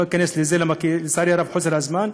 לא אכנס לזה, לצערי הרב, מחוסר זמן.